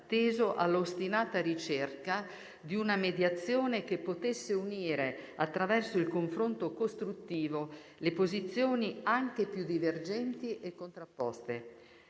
teso alla ostinata ricerca di una mediazione che potesse unire, attraverso il confronto costruttivo, le posizioni anche più divergenti e contrapposte.